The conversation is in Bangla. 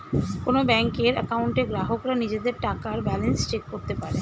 কোন ব্যাংকের অ্যাকাউন্টে গ্রাহকরা নিজেদের টাকার ব্যালান্স চেক করতে পারে